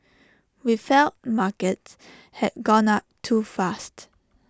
we felt markets had gone up too fast